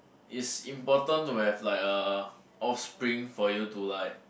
is important to have like a offspring for you to like